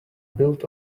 built